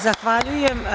Zahvaljujem.